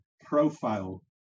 profile